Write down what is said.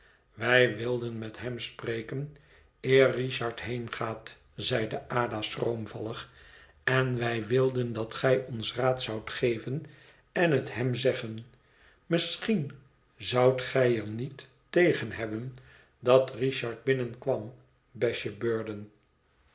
wij wilden met hem spreken eer richard heengaat zeide ada schroomvallig en wij wilden dat gij ons raad zoudt geven en het hem zeggen misschien zoudt gij er niet tegen hebben dat richard binnenkwam besje